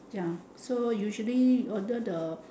ya so usually order the